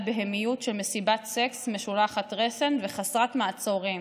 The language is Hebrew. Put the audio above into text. בהמיות של מסיבת סקס משולחת רסן וחסרת מעצורים